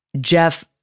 Jeff